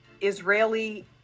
Israeli